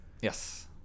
yes